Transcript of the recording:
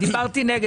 דיברתי נגד.